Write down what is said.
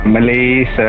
Malays